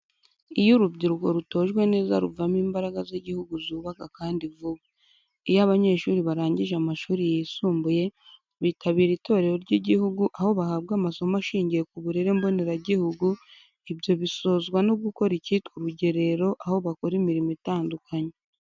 Iyo urubyiruko rutojwe neza ruvamo imbaraga z'igihugu zubaka kandi vuba. Iyo abanyeshuri barangije amashuri yisumbuye bitabira itorero ry'igihugu aho bahabwa amasomo ashingiye ku burere mboneragihugu, ibyo bisozwa no gukora icyitwa urugerero aho bakora imirimo itandukanye.